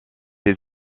ces